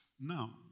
Now